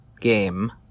game